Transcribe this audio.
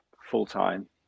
full-time